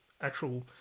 actual